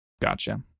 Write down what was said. Gotcha